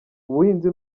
ubuhinzi